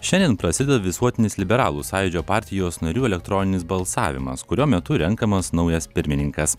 šiandien prasideda visuotinis liberalų sąjūdžio partijos narių elektroninis balsavimas kurio metu renkamas naujas pirmininkas